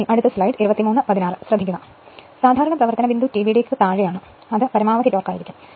അതിനാൽ സാധാരണ പ്രവർത്തന ബിന്ദു TBDക്കു താഴെയാണ് അത് പരമാവധി ടോർക്ക് ആണ്